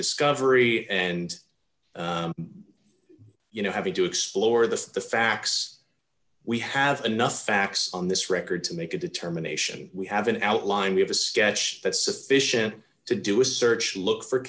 discovery and you know having to explore the the facts we have enough facts on this record to make a determination we have an outline we have a sketch that sufficient to do a search and look for